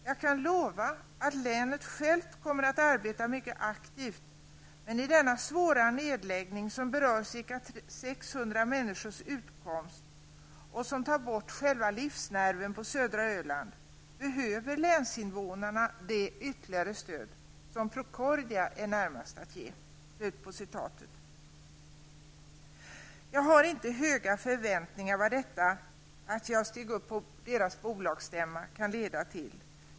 Jag kan lova att länet självt kommer att arbeta mycket aktivt, men i denna svåra nedläggning, som berör ca 600 personers utkomst och som tar bort själva livsnerven på södra Öland, behöver länsinvånarna det ytterligare stöd som Procordia är närmast att ge.'' Jag har inte stora förväntningar på vad det faktum att jag steg upp och yttrade mig på bolagsstämman kan leda till.